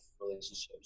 relationships